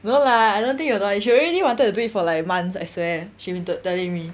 no lah I don't think you were the one she already wanted to do it for like months I swear she been telling me